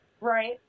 Right